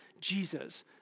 Jesus